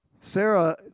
Sarah